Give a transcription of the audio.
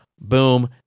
Boom